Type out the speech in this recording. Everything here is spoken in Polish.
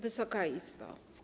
Wysoka Izbo!